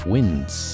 Winds